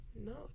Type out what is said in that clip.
No